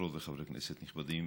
חברות וחברי כנסת נכבדים,